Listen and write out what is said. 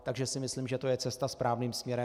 Takže si myslím, že to je cesta správným směrem.